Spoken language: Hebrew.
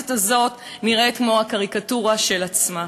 הכנסת הזאת נראית כמו הקריקטורה של עצמה.